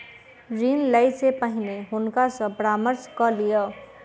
ऋण लै से पहिने हुनका सॅ परामर्श कय लिअ